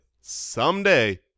someday